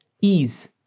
ease